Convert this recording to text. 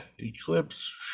Eclipse